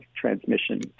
transmission